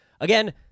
Again